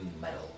metal